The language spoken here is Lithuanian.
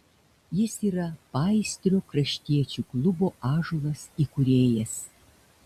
jis yra paįstrio kraštiečių klubo ąžuolas įkūrėjas